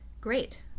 Great